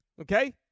okay